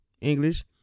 English